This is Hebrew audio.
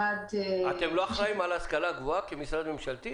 אתם לא אחראים על ההשכלה הגבוהה כמשרד ממשלתי?